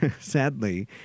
sadly